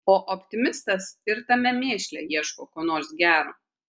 o optimistas ir tame mėšle ieško ko nors gero